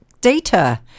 data